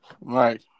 Right